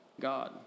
God